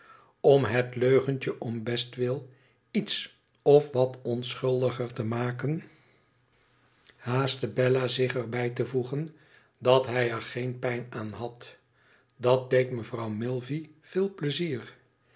om het leugentje om bestwil iets of wat onschuldiger te maken haastte bella zich er bij te voegen dat hij er geen pijn aan had dat deed mevrouw milvey veel pleizier